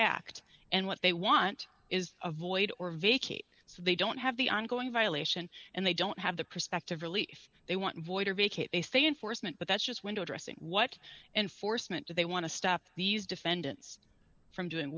act and what they want is a void or vacate so they don't have the ongoing violation and they don't have the prospective relief they want void or vacate they say enforcement but that's just window dressing what enforcement do they want to stop these defendants from doing